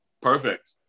perfect